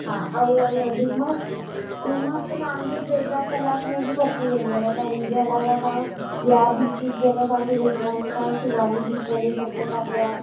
हा ऐं अन डुमस डुमस त तव्हां जो टे चारि कलाक में बि पहुची वेंदव त हुन जे अलावा तव्हां ॿिया बिचीस जे अगरि तव्हांखे घुमणा आहिनि त तव्हां शिवालिक बीच वञी था सघो पिया